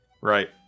right